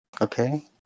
Okay